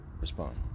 respond